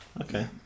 Okay